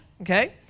okay